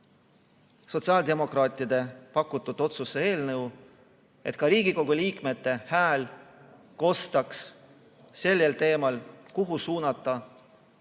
sotsiaaldemokraatide pakutud otsuse eelnõu, et ka Riigikogu liikmete hääl kostaks sellel teemal, kuhu suunata kas